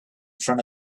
front